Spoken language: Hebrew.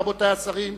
רבותי השרים,